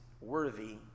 worthy